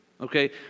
okay